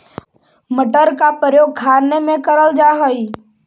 मटर का प्रयोग खाने में करल जा हई